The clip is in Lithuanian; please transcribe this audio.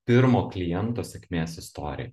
pirmo kliento sėkmės istoriją